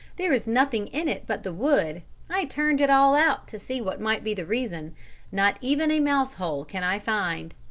there is nothing in it but the wood i turned it all out to see what might be the reason not even a mousehole can i find.